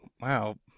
Wow